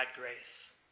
grace